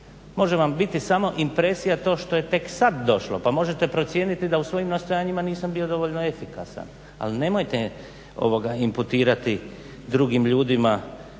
Može vam biti samo impresija to što je tek sad došlo, pa možete procijeniti da u svojim nastojanjima nisam bio dovoljno efikasan. Ali nemojte imputirati drugim ljudima